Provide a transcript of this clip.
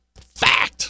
Fact